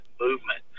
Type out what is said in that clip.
movement